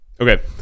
Okay